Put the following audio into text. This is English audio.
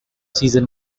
season